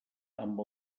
amb